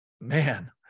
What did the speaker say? man